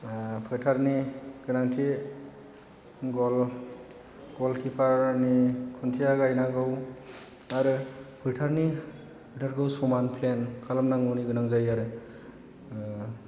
फोथारनि गोनांथि गल गलकिपारनि खुन्थिया गायनांगौ आरो फोथारनि फोथारखौ समान प्लेन खालामनांगौनि गोनां जायो आरो